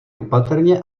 opatrně